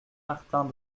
martin